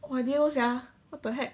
!wah! didn't know sia what the heck